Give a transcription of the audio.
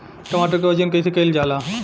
टमाटर क वजन कईसे कईल जाला?